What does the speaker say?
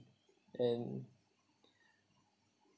and